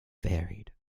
varied